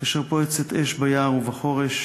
כאשר פורצת אש ביער ובחורש.